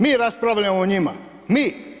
Mi raspravljamo o njima, mi.